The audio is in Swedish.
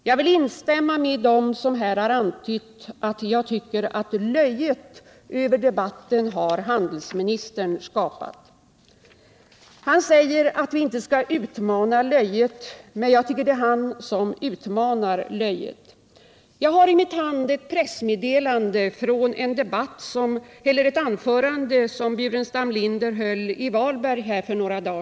Jag instämmer med dem som här har antytt att handelsministern är den som skapar löje över debatten. Han säger att vi inte skall utmana löjet, men jag tycker att det är han som utmanar detta löje. Jag har i min hand ett pressmeddelande från ett anförande som Staffan Burenstam Linder för några dagar sedan höll i Varberg.